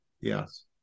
Yes